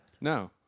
No